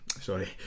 sorry